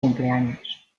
cumpleaños